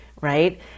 right